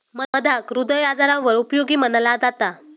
मधाक हृदय आजारांवर उपयोगी मनाला जाता